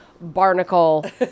barnacle